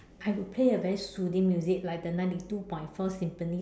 I would play a very soothing music like the ninety two point four symphony